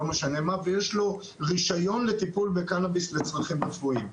ויש לו רישיון לטיפול בקנביס לצרכים רפואיים.